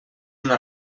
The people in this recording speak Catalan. una